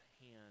hand